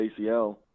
ACL